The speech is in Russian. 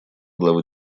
главы